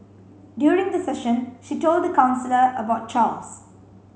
during the session she told the counsellor about Charles